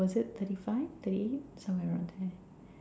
was it thirty five thirty eight somewhere around there